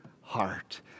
heart